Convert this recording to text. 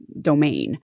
domain